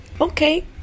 okay